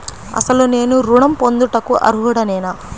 అసలు నేను ఋణం పొందుటకు అర్హుడనేన?